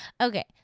Okay